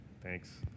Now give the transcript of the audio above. Thanks